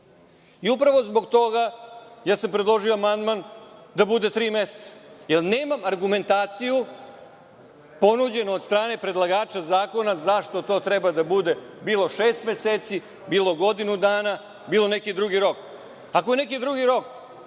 Upravo zbog toga sam predložio amandman da bude tri meseca, jer nemam argumentaciju ponuđenu od strane predlagača zakona zašto to treba da bude, bilo šest meseci, bilo godinu dana, bilo neki drugi rok. Ako je neki drugi rok,